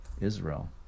Israel